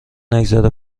نگذره